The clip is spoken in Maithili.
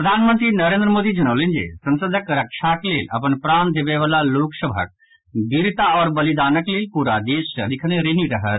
प्रधानमंत्री नरेन्द्र मोदी जनौलनि जे संसदक रक्षाक लेल अपन प्राण देबयवला लोक सभक वीरता आओर बलिदानक लेल पूरा देश सदिखन ऋणि रहत